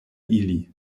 ili